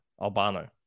Albano